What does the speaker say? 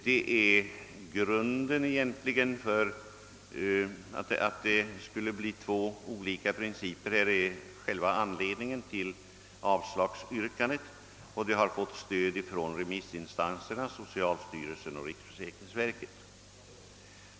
Det förhållandet att två skilda principer i så fall skulle komma att tillämpas är anledningen till utskottets avslagsyrkande. Utskottet stöder sig på remissyttrandena från socialstyrelsen och riksförsäkringsverket.